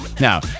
Now